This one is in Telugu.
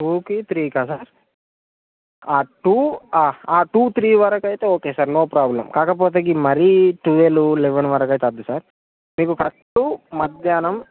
టూకి థ్రీకా సార్ టూ టూ త్రి వరకు అయితే ఓకే సార్ నో ప్రాబ్లమ్ కాకపోతే గి మరీ ట్వెల్వ్ లెవెన్ వరకు అయితే వద్దు సార్ మీకు కరెక్టు మధ్యాహ్నం